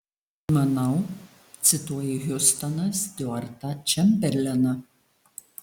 manau cituoji hiustoną stiuartą čemberleną